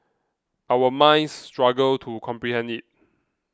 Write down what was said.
our minds struggle to comprehend it